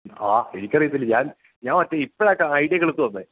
ആ എനിക്കറിയില്ല ഞാൻ ഞാൻ ഇപ്പോഴാണ് ഐഡിയ കിളിർത്തുവന്നത്